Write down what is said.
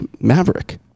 Maverick